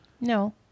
No